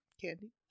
Candy